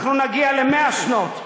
אנחנו נגיע ל-100 שנות,